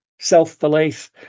self-belief